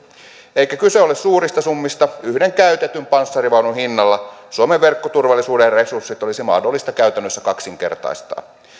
eikä kyse ole suurista summista yhden käytetyn panssarivaunun hinnalla suomen verkkoturvallisuuden resurssit olisi mahdollista käytännössä kaksinkertaistaa